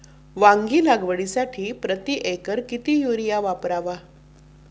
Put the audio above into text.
वांगी लागवडीसाठी प्रति एकर किती युरिया वापरावा?